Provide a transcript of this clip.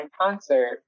concert